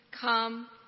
Come